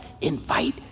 invite